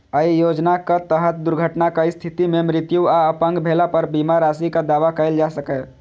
अय योजनाक तहत दुर्घटनाक स्थिति मे मृत्यु आ अपंग भेला पर बीमा राशिक दावा कैल जा सकैए